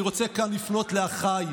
על כך אני מקווה שנגיע להסכמות עם המל"ג.